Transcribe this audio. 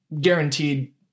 guaranteed